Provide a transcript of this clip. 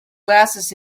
glasses